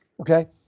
Okay